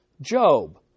Job